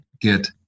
get